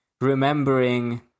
remembering